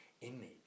image